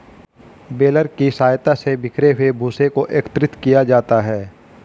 baler की सहायता से बिखरे हुए भूसे को एकत्रित किया जाता है